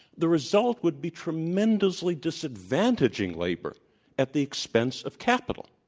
the result would be tremendously disadvantaging labor at the expense of capital.